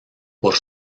por